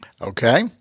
Okay